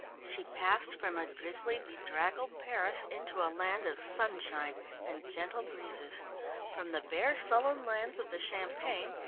she passed from a drizzly, bedraggled paris into a land of sunshine and gentle breezes from the bare sullen lands of the champagne,